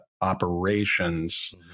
operations